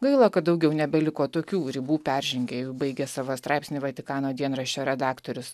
gaila kad daugiau nebeliko tokių ribų peržengėjų baigė savo straipsnį vatikano dienraščio redaktorius